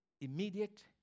Immediate